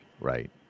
Right